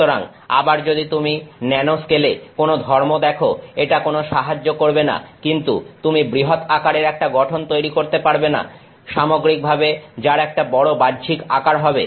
সুতরাং আবার যদি তুমি ন্যানো স্কেল এ কোন ধর্ম দেখো এটা কোন সাহায্য করবে না কিন্তু তুমি বৃহৎ আকারের একটা গঠন তৈরি করতে পারবে না সামগ্রিকভাবে যার একটা বড় বাহ্যিক আকার হবে